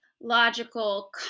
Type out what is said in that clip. logical